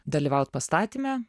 dalyvaut pastatyme